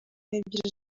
n’ebyiri